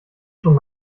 schon